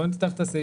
צד